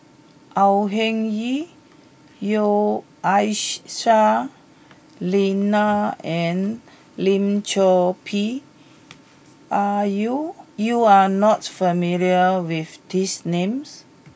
Au Hing Yee Aisyah Lyana and Lim Chor Pee are you you are not familiar with these names